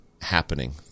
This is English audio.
happening